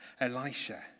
Elisha